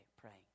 praying